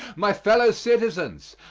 my fellow citizens,